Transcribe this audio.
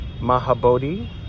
Mahabodhi